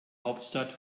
hauptstadt